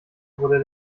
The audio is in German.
wurde